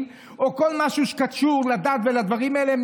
או כל משהו שקשור לדת ולדברים האלה,